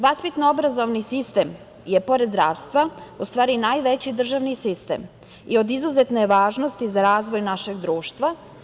Vaspitno-obrazovni sistem je pored zdravstva, u stvari, najveći državni sistem i od izuzetne je važnosti za razvoj našeg društva.